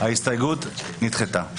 ההסתייגות נדחתה.